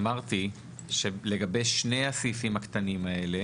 אמרתי שלגבי שני הסעיפים הקטנים האלה,